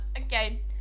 okay